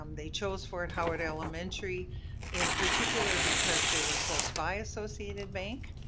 um they chose fort howard elementary in particular because they were close by associated bank